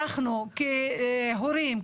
אנחנו כהורים,